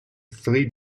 three